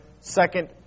Second